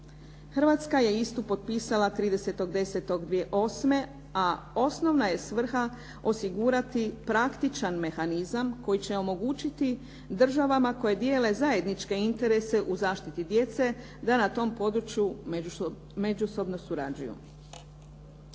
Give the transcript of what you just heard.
Hrvatska je istu potpisala 30.10.2008., a osnovna je svrha osigurati praktičan mehanizam koji će omogućiti državama koje dijele zajedničke interese u zaštiti djece da na tom području međusobno surađuju.